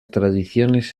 tradiciones